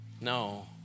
No